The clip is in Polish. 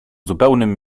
zupełnym